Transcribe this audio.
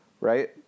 right